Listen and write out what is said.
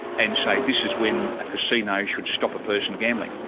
and say, this is when a casino should stop a person gambling.